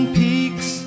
peaks